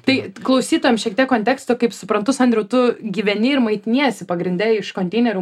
tai klausytojams šiek tiek konteksto kaip suprantu sandriau tu gyveni ir maitiniesi pagrinde iš konteinerių